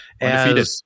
Undefeated